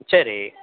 சரி